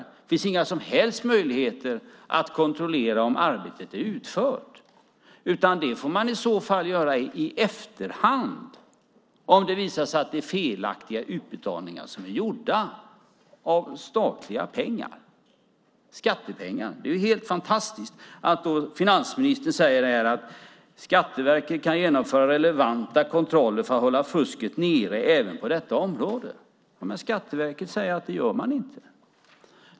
Det finns inga som helst möjligheter att kontrollera om arbetet är utfört. Det får man i så fall göra i efterhand, om det visar sig att felaktiga utbetalningar av statliga pengar har gjorts. Det är skattepengar. Det är helt fantastiskt att finansministern här säger att Skatteverket kan genomföra relevanta kontroller för att hålla fusket nere även på detta område. Skatteverket säger ju att man inte gör det.